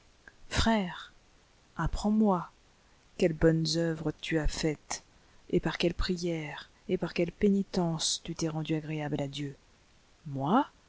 frère apprends-moi quelles bonnes œuvres tu as faites et par quelles prières et par quelle pénitence tu t'es rendu agréable à dieu moi